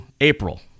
April